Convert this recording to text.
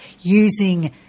using